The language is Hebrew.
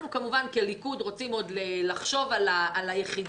אנחנו כליכוד רוצים עוד לחשוב על היחידה,